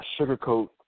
sugarcoat